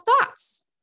thoughts